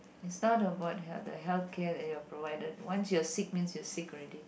it's not about the the healthcare that you're provided once you're sick means you're sick already